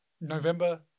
November